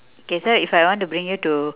okay so if I want to bring you to